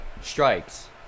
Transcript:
strikes